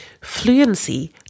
fluency